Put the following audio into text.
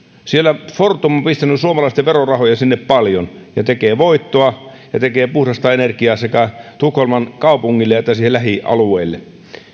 sinne fortum on pistänyt suomalaisten verorahoja paljon ja tekee voittoa ja tekee puhdasta energiaa sekä tukholman kaupungille että lähialueille